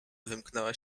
wymknęła